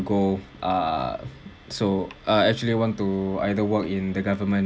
go ah so uh actually want to either work in the government